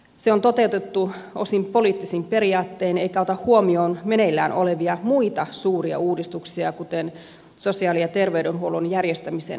se on toteutettu osin poliittisin periaattein eikä ota huomioon meneillään olevia muita suuria uudistuksia kuten sosiaali ja terveydenhuollon järjestämisen uudistusta